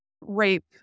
rape